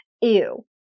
Ew